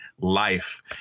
life